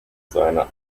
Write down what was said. seine